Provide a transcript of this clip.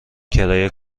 کرایه